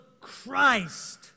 Christ